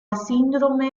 sindrome